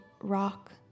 rock